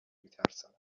میترساند